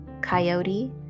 coyote